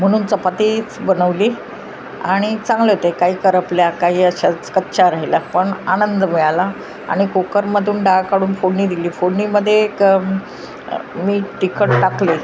म्हणून चपातीच बनवली आणि चांगले होते काही करपल्या काही अशाच कच्च्या राहिल्या पण आनंद मिळाला आणि कुकरमधून डाळ काढून फोडणी दिली फोडणीमध्ये एक मीठ तिखट टाकले